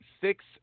six